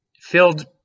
Filled